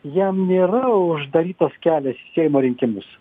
jam nėra uždarytas kelias į seimo rinkimus